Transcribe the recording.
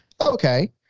Okay